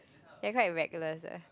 they are quite reckless ah